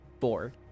four